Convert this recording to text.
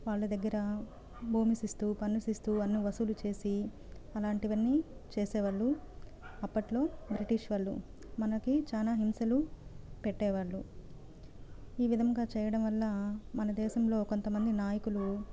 వాళ్ళ దగ్గర భూమి సిస్తు పన్ను సిస్తూ అన్ని వసూలు చేసి అలాంటివన్నీ చేసేవాళ్ళు అప్పట్లో బ్రిటిష్ వాళ్ళు మనకి చానా హింసలు పెట్టేవాళ్ళు ఈ విధంగా చేయడం వల్ల మన దేశంలో కొంతమంది నాయకులు